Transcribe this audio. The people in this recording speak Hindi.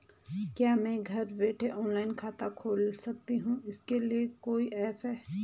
क्या मैं घर बैठे ऑनलाइन खाता खोल सकती हूँ इसके लिए कोई ऐप है?